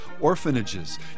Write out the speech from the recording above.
orphanages